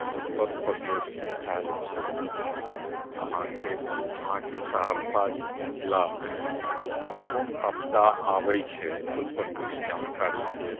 हम उत्तरप्रदेशसँ आयल छी अहाँके अहाँके सहरसा जिलामे कोन कोन आपदा आबै छै ओहिपर कनि जानकारीके